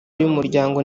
y’umuryango